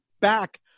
back